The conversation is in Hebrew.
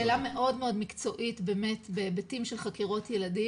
זו שאלה מאוד מאוד מקצועית בהיבטים של חקירות ילדים,